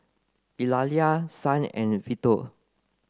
Eulalia Son and Vito